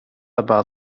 about